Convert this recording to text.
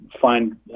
find